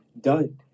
done